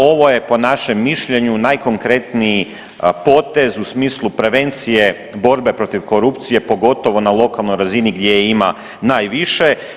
Ovo je po našem mišljenju, najkonkretniji potez u smislu prevencije borbe protiv korupcije, pogotovo na lokalnoj razini, gdje je ima najviše.